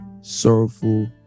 sorrowful